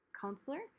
counselor